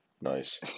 Nice